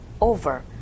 over